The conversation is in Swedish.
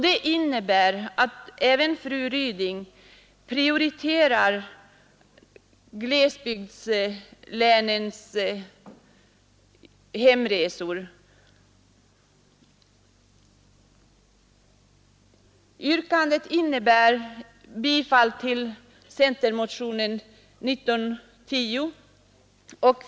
Det innebär att även fru Ryding prioriterar glesbygdslänens hemresemöjligheter. Yrkandet innebär bifall till centermotionen 1910.